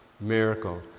miracle